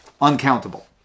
uncountable